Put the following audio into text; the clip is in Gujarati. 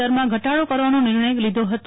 દરમાં ઘટાડો કરવાનો નિર્ણય લીધો હતો